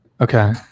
Okay